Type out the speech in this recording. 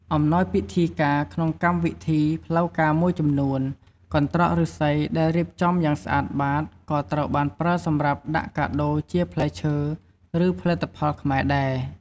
អំណោយពិធីការ ក្នុងកម្មវិធីផ្លូវការមួយចំនួន កន្ត្រកឫស្សីដែលរៀបចំយ៉ាងស្អាតបាត ក៏ត្រូវបានប្រើសម្រាប់ដាក់កាដូរជាផ្លែឈើ ឬផលិតផលខ្មែរដែរ។